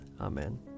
Amen